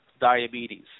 diabetes